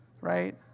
Right